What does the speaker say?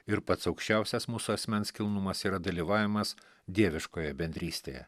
ir pats aukščiausias mūsų asmens kilnumas yra dalyvavimas dieviškoje bendrystėje